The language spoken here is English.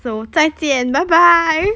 so 再见 bye bye